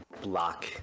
block